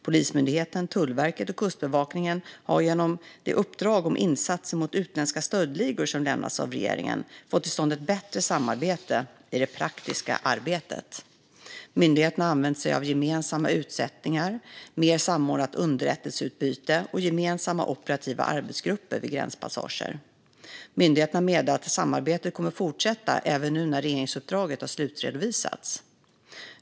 Polismyndigheten, Tullverket och Kustbevakningen har genom det uppdrag om insatser mot utländska stöldligor som lämnats av regeringen fått till stånd ett bättre samarbete i det praktiska arbetet. Myndigheterna har använt sig av gemensamma utsättningar, mer samordnat underrättelseutbyte och gemensamma operativa arbetsgrupper vid gränspassager. Myndigheterna har meddelat att samarbetet kommer att fortsätta även nu när regeringsuppdraget har slutredovisats.